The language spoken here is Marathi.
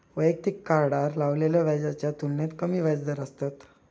वैयक्तिक कार्डार लावलेल्या व्याजाच्या तुलनेत कमी व्याजदर असतत